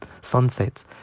sunsets